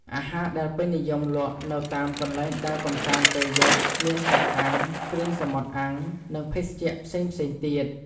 អាហារដែលពេញនិយមលក់នៅតាមកន្លែងដើរកម្សាន្តពេលយប់មាន សាច់អាំង គ្រឿងសមុទ្រអាំង និងភេសជ្ជៈផ្សេងៗទៀត។